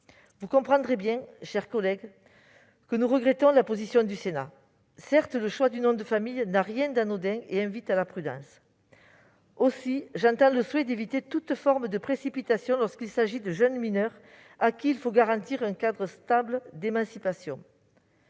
Vous comprendrez bien, mes chers collègues, que nous regrettions la position du Sénat. Certes, le choix du nom de famille n'a rien d'anodin et invite à la prudence. Aussi, j'entends le souhait d'éviter toute forme de précipitation lorsqu'il s'agit de jeunes mineurs, auxquels il faut garantir un cadre stable d'émancipation.